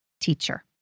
teacher